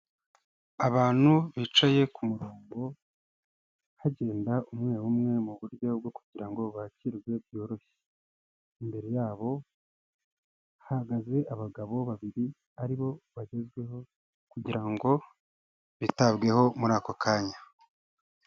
Abantu bicaye ku murongo, hagenda umwe umwe mu buryo bwo kugira ngo bakirwe byoroshye, imbere yabo hahagaze abagabo babiri aribo bagezweho kugira ngo bitabweho muri ako kanya.